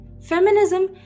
Feminism